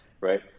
right